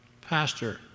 pastor